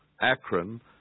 Akron